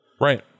Right